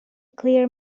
clear